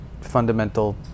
fundamental